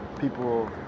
people